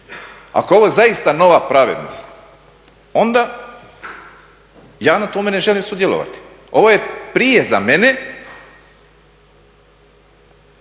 je ovo zaista nova pravednost onda ja na tome ne želim sudjelovati. Ovo je prije za mene